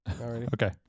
Okay